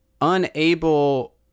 unable